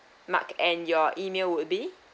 mark and your email would be